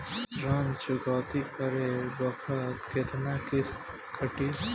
ऋण चुकौती करे बखत केतना किस्त कटी?